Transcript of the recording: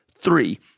three